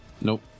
nope